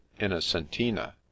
Innocentina